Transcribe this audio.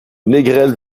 négrel